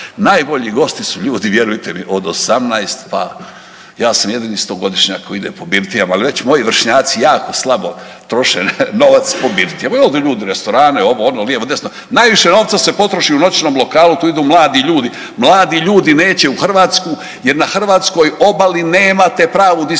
najbolji gosti su ljudi vjerujte mi od 18., pa ja sam jedini 100-godišnjak koji ide po birtijama, ali već moji vršnjaci jako slabo troše novac po birtijama, odu ljudi u restorane, ovo ono, lijevo desno. Najviše novca se potroši u noćnom lokalu, tu idu mladi ljudi. Mladi ljudi neće u Hrvatsku jer na hrvatskoj obali nemate pravu diskoteku,